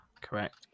correct